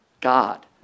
God